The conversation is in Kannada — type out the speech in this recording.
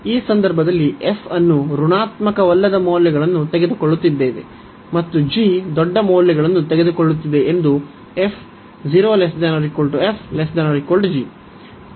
ಈ ಸಂದರ್ಭದಲ್ಲಿ f ಅನ್ನು ಋಣಾತ್ಮಕವಲ್ಲದ ಮೌಲ್ಯಗಳನ್ನು ತೆಗೆದುಕೊಳ್ಳುತ್ತಿದ್ದೇವೆ ಮತ್ತು g ದೊಡ್ಡ ಮೌಲ್ಯಗಳನ್ನು ತೆಗೆದುಕೊಳ್ಳುತ್ತಿದೆ ಎಂದು f 0≤f≤g